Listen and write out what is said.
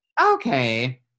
Okay